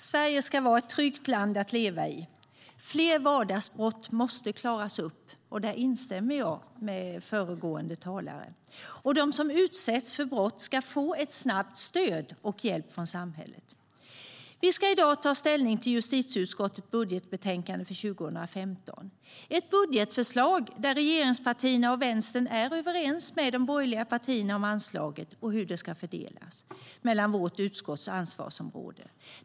Sverige ska vara ett tryggt land att leva i.Vi ska i dag ta ställning till justitieutskottets budgetbetänkande för 2015, ett budgetförslag där regeringspartierna och Vänstern är överens med de borgerliga partierna om anslaget och hur det ska fördelas mellan vårt utskotts ansvarsområden.